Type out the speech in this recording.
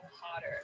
hotter